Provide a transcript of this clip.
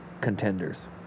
contenders